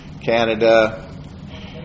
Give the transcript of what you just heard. Canada